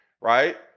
right